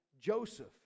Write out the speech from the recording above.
joseph